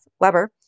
Weber